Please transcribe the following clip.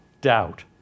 doubt